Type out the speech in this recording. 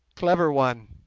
clever one!